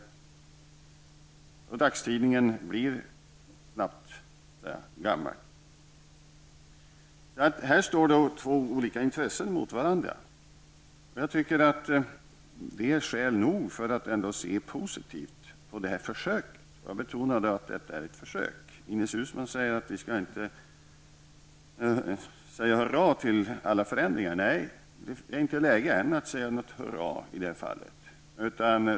Dagstidningen blir snabbt gammal. Här står två olika intressen mot varandra. Jag tycker att det är skäl nog att se positivt på det här försöket. Jag betonar att detta är ett försök. Ines Uusmann säger att vi inte skall säga hurra till alla förändringar. Nej, det är inte läge än för att säga hurra i det här fallet.